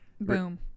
Boom